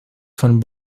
von